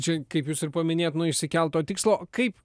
čia kaip jūs ir paminėjot nuo išsikelto tikslo kaip